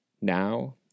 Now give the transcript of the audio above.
Now